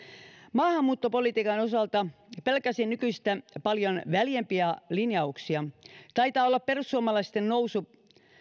maahanmuuttopolitiikan osalta pelkäsin nykyistä paljon väljempiä linjauksia taitaa olla perussuomalaisten nousu